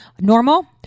normal